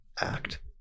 act